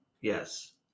yes